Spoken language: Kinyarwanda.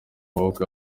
maboko